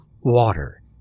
water